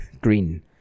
Green